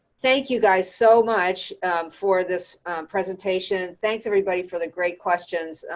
thank you guys, so much for this presentation. thanks everybody for the great questions.